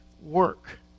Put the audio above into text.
work